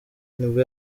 nibwo